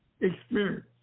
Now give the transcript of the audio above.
experience